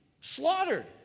slaughtered